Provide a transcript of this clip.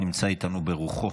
אך נמצא איתנו ברוחו,